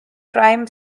crime